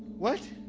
what?